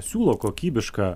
siūlo kokybišką